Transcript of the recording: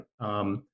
right